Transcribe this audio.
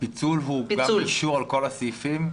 הפיצול הוא אישור כל הסעיפים?